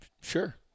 Sure